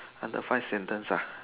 under five sentence ah